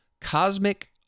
Cosmic